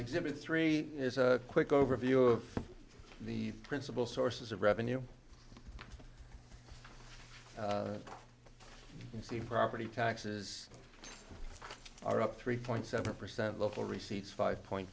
exhibit three is a quick overview of the principle sources of revenue you see in property taxes are up three point seven percent local receipts five point